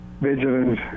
vigilant